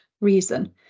reason